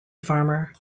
farmer